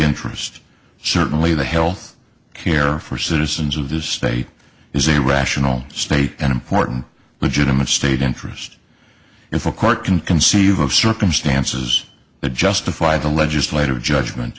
interest certainly the health care for citizens of the state is a rational state an important legitimate state interest if a court can conceive of circumstances that justify the legislative judgment